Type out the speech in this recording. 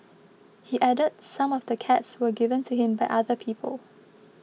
he added some of the cats were given to him by other people